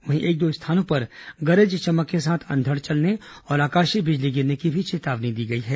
वहीं एक दो स्थानों पर गरज चमक के साथ अंधड़ चलने और आकाशीय बिजली गिरने की भी चेतावनी दी गई है